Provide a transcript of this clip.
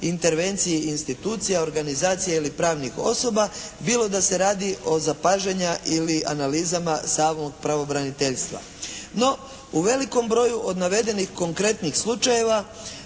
intervenciji institucija, organizacije ili pravnih osoba, bilo da se radi o zapažanja ili analizama samog pravobraniteljstva. No u velikom broju od navedenih konkretnih slučajeva